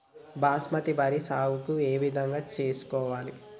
బాస్మతి వరి సాగు ఏ విధంగా చేసుకోవాలి?